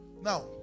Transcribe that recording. Now